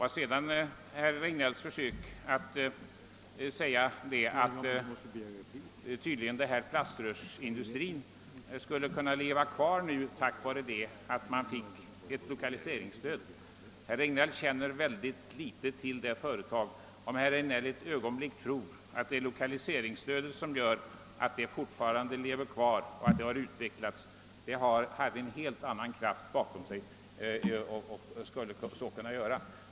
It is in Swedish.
Herr Regnéll försökte göra gällande att plaströrsindustrin kunde leva kvar tack vare lokaliseringsstödet. Herr Reg néll känner väldigt litet till det företaget, om han ett ögonblick tror att det är lokaliseringsstödet som gör att det lever kvar och utvecklas; det har en helt annan kraft bakom sig.